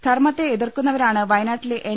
ധർമ്മത്തെ എതിർക്കുന്നവരാണ് വയനാട്ടിലെ എൻ